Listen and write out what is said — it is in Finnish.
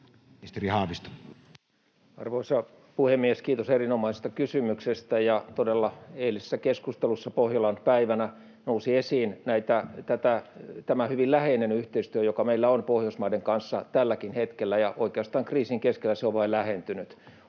Content: Arvoisa puhemies! Kiitos erinomaisesta kysymyksestä. Todella eilisessä keskustelussa Pohjolan päivänä nousi esiin tämä hyvin läheinen yhteistyö, joka meillä on Pohjoismaiden kanssa tälläkin hetkellä, ja oikeastaan kriisin keskellä se on vain lähentynyt.